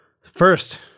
First